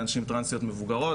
לנשים טרנסיות מבוגרות,